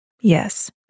Yes